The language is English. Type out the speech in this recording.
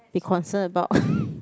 be concern about